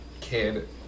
kid